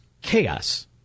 chaos